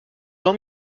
jean